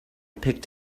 picked